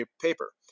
paper